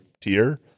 tier